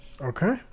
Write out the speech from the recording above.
Okay